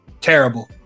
terrible